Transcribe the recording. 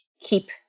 keep